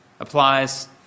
applies